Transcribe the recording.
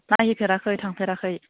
नायहैफेराखै थांफेराखै